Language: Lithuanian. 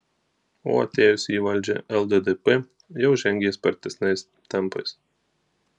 o atėjusi į valdžią lddp jau žengė spartesniais tempais